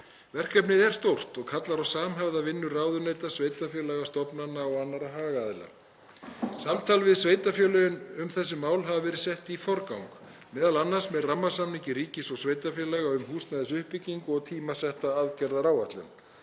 Verkefnið er stórt og kallar á samhæfða vinnu ráðuneyta, sveitarfélaga, stofnana og annarra hagaðila. Samtal við sveitarfélögin um þessi mál hafa verið sett í forgang, m.a. með rammasamningi ríkis og sveitarfélaga um húsnæðisuppbyggingu og tímasetta aðgerðaáætlun.